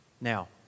Now